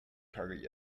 target